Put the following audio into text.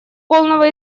полного